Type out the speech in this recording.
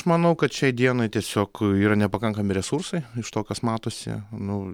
manau kad šiai dienai tiesiog yra nepakankami resursai iš to kas matosi nu